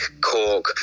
Cork